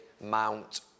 Mount